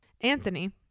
Anthony